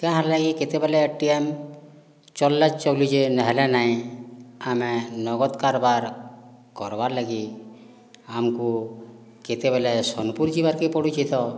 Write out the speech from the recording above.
କ'ଣ ହେଲା କି କେତେବେଳେ ଏ ଟି ଏମ୍ ଚାଲିଲେ ଚାଲୁଛି ନହେଲେ ନାହିଁ ଆମେ ନଗଦ କାରବାର କରିବାର ଲାଗି ଆମକୁ କେତେବେଳେ ସୋନପୁର ଯିବାକୁ ପଡ଼ୁଛି ତ